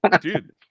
Dude